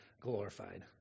glorified